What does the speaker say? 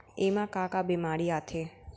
एमा का का बेमारी आथे?